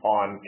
on